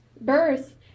birth